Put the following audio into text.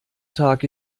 tag